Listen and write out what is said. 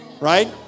Right